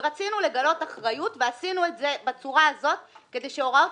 ורצינו לגלות אחריות ועשינו את זה בצורה הזאת כדי שהוראות